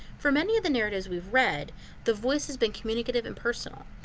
for many of the narratives we've read the voice has been communicative and personal,